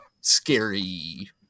scary